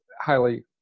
highly